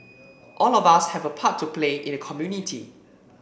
all of us have a part to play in the community